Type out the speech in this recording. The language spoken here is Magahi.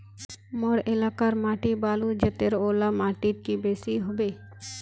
मोर एलाकार माटी बालू जतेर ओ ला माटित की बेसी हबे?